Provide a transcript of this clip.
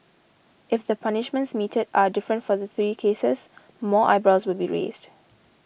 if the punishments meted are different for the three cases more eyebrows will be raised